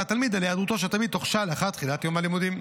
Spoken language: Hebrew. התלמיד על היעדרותו של התלמיד תוך שעה מתחילת יום הלימודים.